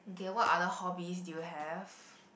okay what other hobbies do you have